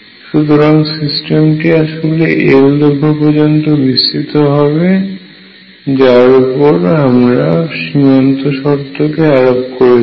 সুতরাং সিস্টেমটি আসলে L দৈর্ঘ্য পর্যন্ত বিস্তৃত হবে এবং যার উপর আমরা সীমান্ত শর্ত কে আরোপ করেছি